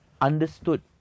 understood